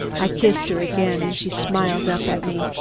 i kissed her again, and she smiled up at me.